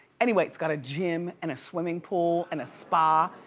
anyway, it's got a gym and a swimming pool and a spa,